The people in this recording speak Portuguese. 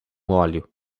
óleo